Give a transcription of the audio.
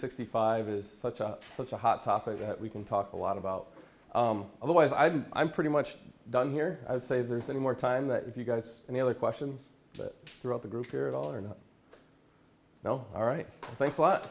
sixty five is such a such a hot topic that we can talk a lot about otherwise i'd i'm pretty much done here i would say there's any more time that you guys and the other questions that throughout the group here at all are no no all right thanks a lot